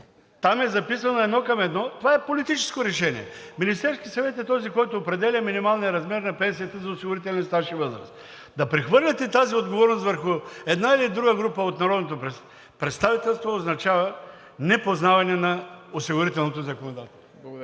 Там е записано едно към едно! Това е политическо решение. Министерският съвет е този, който определя минималния размер на пенсията за осигурителен стаж и възраст. Да прехвърляте тази отговорност върху един или друг от народното представителство означава непознаване на осигурителното законодателство.